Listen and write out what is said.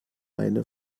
eine